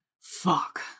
fuck